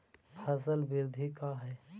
फसल वृद्धि का है?